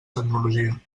tecnologia